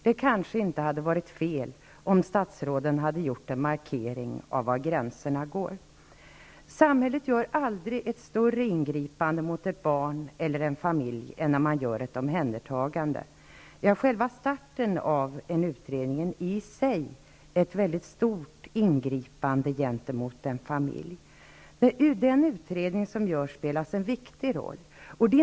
Det hade kanske inte varit fel om statrådet hade gjort en markering av var gränserna går. Samhället gör aldrig ett större ingripande mot ett barn eller mot en familj än när man gör ett omhändertagande. Enbart igångsättandet av en utredning är i sig ett väldigt stort ingripande gentemot en familj. Utredningen spelar en viktig roll.